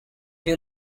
you